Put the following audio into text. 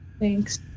thanks